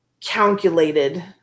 calculated